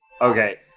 Okay